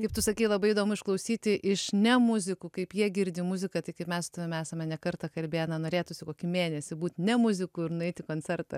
kaip tu sakei labai įdomu išklausyti iš ne muzikų kaip jie girdi muziką tai kaip mes su tavim esame ne kartą kalbėję na norėtųsi kokį mėnesį būt ne muziku ir nueit į koncertą